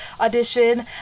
audition